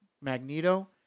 Magneto